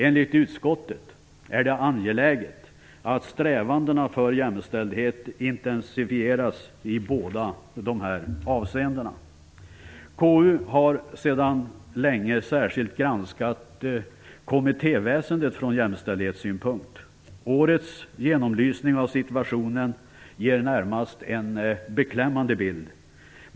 Enligt utskottet är det angeläget att arbetet för jämställdhet intensifieras i dessa avseenden. KU har sedan länge särskilt granskat kommittéväsendet från jämställdhetssynpunkt. Årets genomlysning av situationen ger närmast en beklämmande bild.